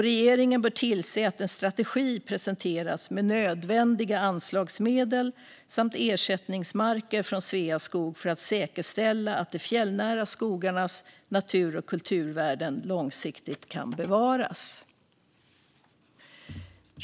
Regeringen bör tillse att en strategi presenteras med nödvändiga anslagsmedel samt ersättningsmarker från Sveaskog för att säkerställa att de fjällnära skogarnas natur och kulturvärden långsiktigt kan bevaras.